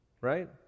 right